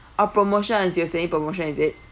oh promotion is you're saying promotion is it